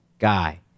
guy